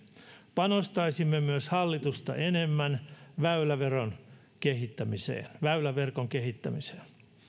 panostaisimme myös hallitusta enemmän väyläverkon kehittämiseen väyläverkon kehittämiseen